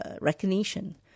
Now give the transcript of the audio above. recognition